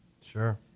Sure